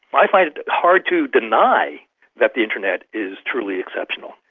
i find it hard to deny that the internet is truly exceptional.